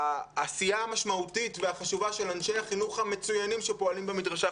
הסיעה המשמעותית והחשובה של אנשי החינוך המצוינים שפועלים במדרשה,